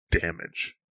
damage